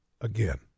again